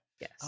Yes